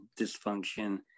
dysfunction